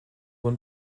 one